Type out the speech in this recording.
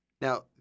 Now